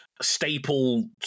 staple